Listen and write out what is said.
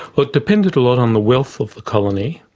well it depended a lot on the wealth of the colony,